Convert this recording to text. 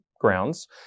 grounds